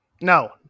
No